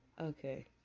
okay